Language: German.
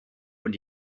und